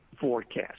forecast